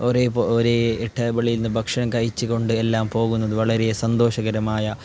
ഒരേ ടേബിളിൽ ഇരുന്ന് ഭക്ഷണം കഴിച്ചു കൊണ്ട് എല്ലാം പോവുന്നത് വളരെ സന്തോഷകരമായ